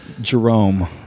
Jerome